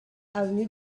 avenue